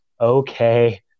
Okay